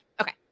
Okay